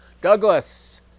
Douglas